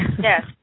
Yes